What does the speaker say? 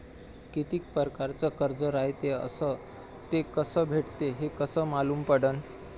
कितीक परकारचं कर्ज रायते अस ते कस भेटते, हे कस मालूम पडनं?